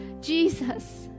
Jesus